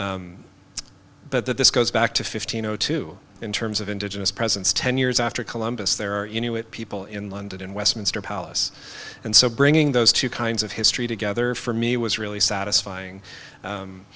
but that this goes back to fifteen zero two in terms of indigenous presence ten years after columbus there are you know it people in london in westminster palace and so bringing those two kinds of history together for me was really satisfying